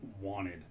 wanted